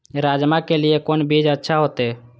राजमा के लिए कोन बीज अच्छा होते?